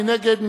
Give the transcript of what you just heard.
מי נגד?